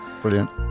brilliant